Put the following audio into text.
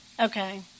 Okay